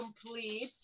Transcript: complete